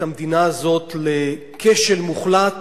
את המדינה הזאת לכשל מוחלט